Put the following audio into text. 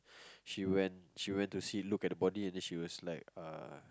she went she went to see look at the body and she was like uh